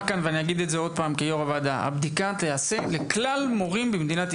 הבדיקה תיעשה לכלל מורים במדינת ישראל ללא שוני של גזע,